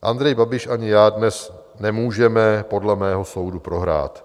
Andrej Babiš ani já dnes nemůžeme podle mého soudu prohrát.